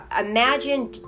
imagine